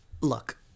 look